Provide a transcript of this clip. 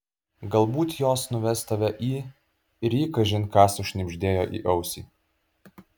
galbūt jos nuves tave į ir ji kažin ką sušnibždėjo į ausį